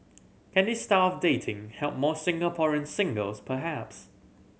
can this style of dating help more Singaporean singles perhaps